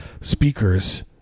speakers